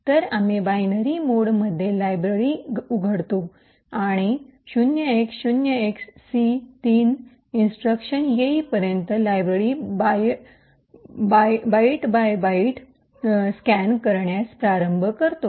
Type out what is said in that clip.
तर आम्ही बायनरी मोडमध्ये लायब्ररी उघडतो आणि 0x0XC3 इंस्ट्रक्शन येईपर्यंत library byte by byte scan करण्यास प्रारंभ करतो